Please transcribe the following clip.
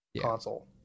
console